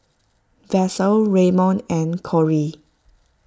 Vassie Raymon and Corie